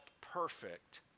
perfect